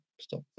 stop